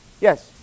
Yes